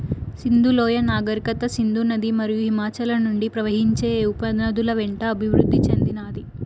సింధు లోయ నాగరికత సింధు నది మరియు హిమాలయాల నుండి ప్రవహించే ఉపనదుల వెంట అభివృద్ది చెందినాది